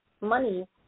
money